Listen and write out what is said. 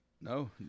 No